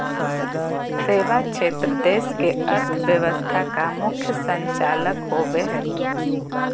सेवा क्षेत्र देश के अर्थव्यवस्था का मुख्य संचालक होवे हइ